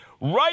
right